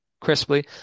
crisply